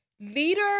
leader